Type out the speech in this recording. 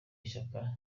ishyaka